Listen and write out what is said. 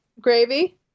gravy